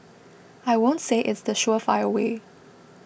I won't say it's the surefire way